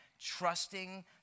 Trusting